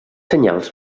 senyals